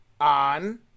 on